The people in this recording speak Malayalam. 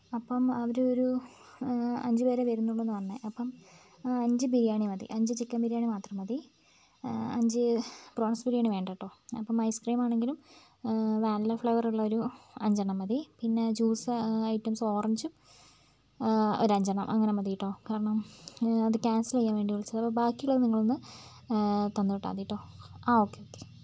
അപ്പം അവർ ഒരു അഞ്ചുപേരെ വരുന്നുള്ളുന്നാണ് പറഞ്ഞത് അപ്പം അഞ്ച് ബിരിയാണി മതി അഞ്ച് ചിക്കൻ ബിരിയാണി മാത്രം മതി അഞ്ച് പ്രോൺസ് ബിരിയാണി വേണ്ടാട്ടോ അപ്പം ഐസ്ക്രീം ആണെങ്കിലും വാനില ഫ്ലേവർ ഉള്ളൊരു അഞ്ചെണ്ണം മതി പിന്നെ ജൂസ് ഐറ്റംസ് ഓറഞ്ചും ഒരഞ്ചെണ്ണം അങ്ങനെ മതിട്ടോ കാരണം അത് ക്യാൻസൽ ചെയ്യാൻ വേണ്ടി വിളിച്ചതാണ് ബാക്കിയുള്ളത് നിങ്ങളൊന്ന് തന്നുവിട്ടാൽ മതിട്ടോ ആ ഒക്കെ ഓക്കെ